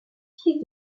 fils